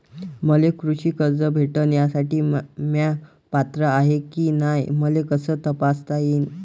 मले कृषी कर्ज भेटन यासाठी म्या पात्र हाय की नाय मले कस तपासता येईन?